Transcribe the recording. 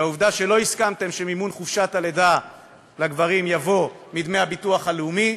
והעובדה שלא הסכמתם שמימון חופשת הלידה לגברים יבוא מדמי הביטוח הלאומי,